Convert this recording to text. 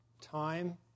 time